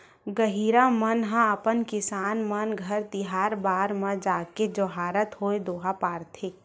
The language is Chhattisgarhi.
गहिरा मन ह अपन किसान मन घर तिहार बार म जाके जोहारत होय दोहा पारथे